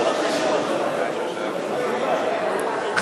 סיעות רע"ם-תע"ל-מד"ע חד"ש בל"ד להביע אי-אמון בממשלה לא נתקבלה.